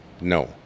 No